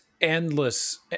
endless